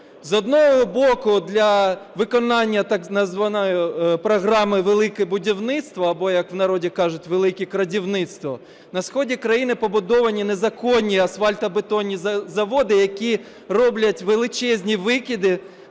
З одного боку, для виконання так званої програми "Велике будівництво", або як у народі кажуть "велике крадівництво", на сході країни побудовані незаконні асфальтобетонні заводи, які роблять величезні викиди,